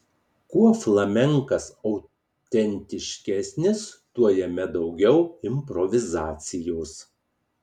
kuo flamenkas autentiškesnis tuo jame daugiau improvizacijos